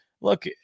look